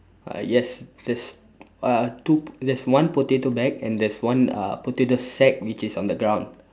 uh yes there's uh two there's one potato bag and there's one uh potato sack which is on the ground